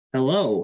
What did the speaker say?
Hello